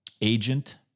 Agent